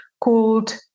called